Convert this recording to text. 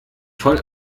voll